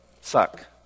suck